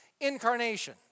incarnation